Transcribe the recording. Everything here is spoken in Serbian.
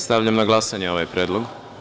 Stavljam na glasanje ovaj predlog.